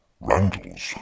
Randall's